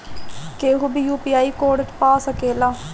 केहू भी UPI code पा सकेला?